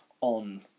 on